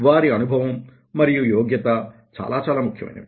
వారి అనుభవం మరియు యోగ్యత చాలా చాలా ముఖ్యమైనవి